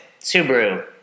Subaru